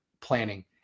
planning